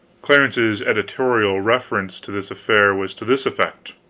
clarence's editorial reference to this affair was to this effect